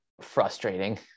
frustrating